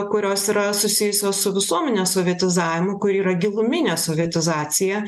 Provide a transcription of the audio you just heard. kurios yra susijusios su visuomenės sovietizavimu kur yra giluminė sovietizacija